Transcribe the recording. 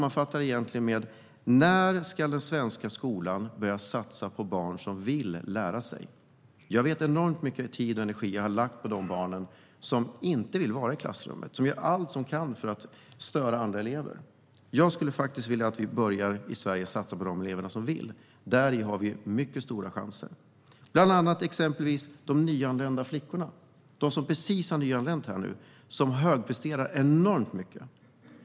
När ska den svenska skolan börja satsa på barn som vill lära sig? Jag vet hur mycket tid och energi jag har lagt på de barn som inte vill vara i klassrummet, som gör allt de kan för att störa andra elever. Jag skulle vilja att Sverige börjar satsa på de elever som vill. Där finns mycket stora chanser. Se bland annat på de nyanlända flickorna. De högpresterar enormt mycket.